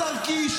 השר קיש,